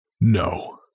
No